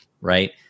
right